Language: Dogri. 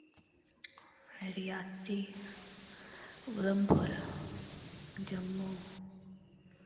रियासी उधमपुर जम्मू